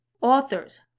authors